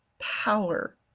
power